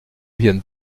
vienne